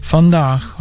Vandaag